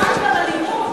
לא כל מחאה היא גם אלימות,